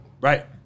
Right